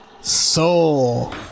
Soul